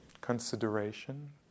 consideration